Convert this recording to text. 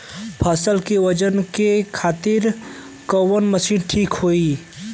फसल के वजन खातिर कवन मशीन ठीक होखि?